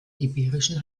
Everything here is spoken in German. iberischen